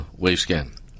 Wavescan